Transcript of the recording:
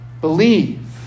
believe